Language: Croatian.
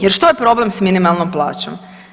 Jer što je problem s minimalnom plaćom?